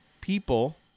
people